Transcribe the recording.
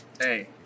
Hey